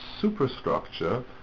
superstructure